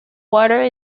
water